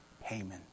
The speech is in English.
Haman